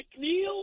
McNeil